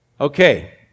Okay